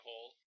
hole